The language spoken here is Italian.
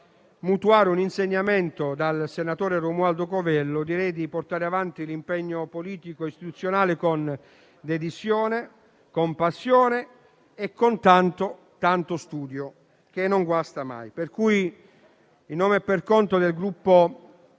mutuare un insegnamento dal senatore Romualdo Coviello, sarebbe quello di portare avanti l'impegno politico e istituzionale con dedizione, con passione e tanto studio, che non guasta mai. Per questo, a nome e per conto del Gruppo